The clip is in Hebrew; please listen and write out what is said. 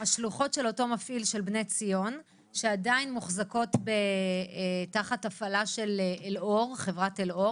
של אותו מפעיל של בני ציון שעדיין מוחזקות תחת הפעלה של חברת אלאור.